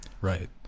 Right